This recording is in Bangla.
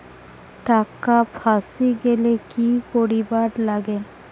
টাকা ফাঁসি গেলে কি করিবার লাগে?